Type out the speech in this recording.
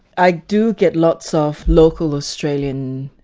i do get lots of local australian,